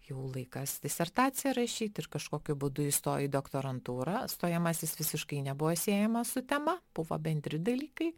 jau laikas disertaciją rašyt ir kažkokiu būdu įstoji į doktorantūrą stojamasis visiškai nebuvo siejamas su tema buvo bendri dalykai